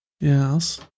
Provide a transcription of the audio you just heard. Yes